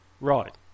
Right